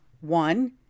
One